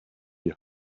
die